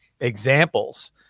examples